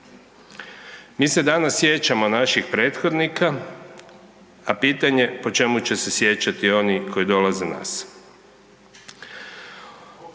Mi se danas sjećamo naših prethodnika, a pitanje je po čemu će se sjećati oni koji dolaze iza